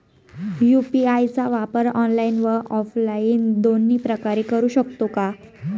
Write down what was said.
UPI चा वापर online व ऑफलाईन दोन्ही प्रकारे करु शकतो का?